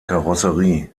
karosserie